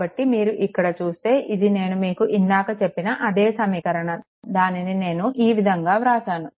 కాబట్టి మీరు ఇక్కడ చూస్తే ఇది నేను మీకు ఇందాక చెప్పిన అదే సమీకరణం దానిని నేను ఈ విధంగా వ్రాసాను